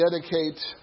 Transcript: dedicate